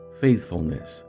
Faithfulness